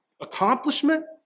accomplishment